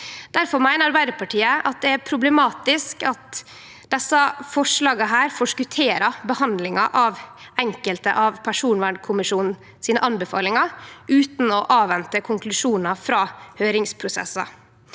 Difor meiner Arbeidarpartiet at det er problematisk at desse forslaga forskotterer behandlinga av enkelte av personvernkommisjonen sine anbefalingar, utan å avvente konklusjonar frå høyringsprosessar.